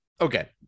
okay